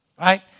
right